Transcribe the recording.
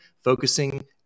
focusing